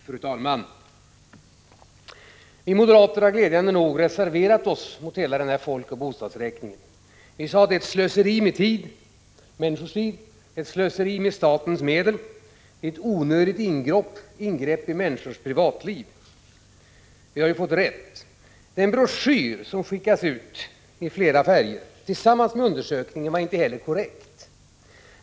Fru talman! Vi moderater har — och det är jag glad över — reserverat oss mot folkoch bostadsräkningen över huvud taget. Vi har sagt att den är ett slöseri med tid, med människors tid och med statens medel. Den är ett onödigt ingrepp i människors privatliv. Vi har också fått rätt. Den broschyr i flera färger som har skickats ut i samband med den här undersökningen var inte heller korrekt.